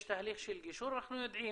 יש תהליך של גישור, אנחנו יודעים,